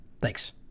Thanks